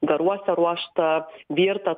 garuose ruoštą virtą